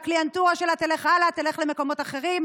הקליינטורה שלה תלך הלאה, תלך למקומות אחרים.